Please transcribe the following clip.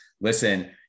listen